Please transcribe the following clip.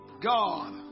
God